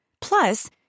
Plus